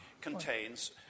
contains